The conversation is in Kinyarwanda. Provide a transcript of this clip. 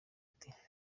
ati